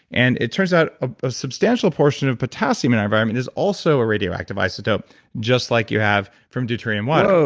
and it turns out a substantial portion of potassium in our environment is also a radioactive isotope just like you have from deuterium water.